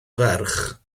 ferch